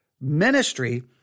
ministry